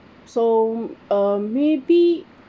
so uh maybe